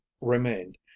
remained